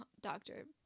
doctor